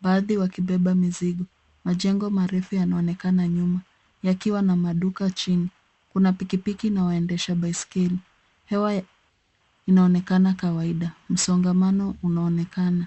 Baadhi wakibeba mizigo. Majengo marefu yanaonekana nyuma, yakiwa na maduka chini. Kuna pikipiki na waendesha baiskeli. Hewa inaonekana kawaida. Msongamano unaonekana.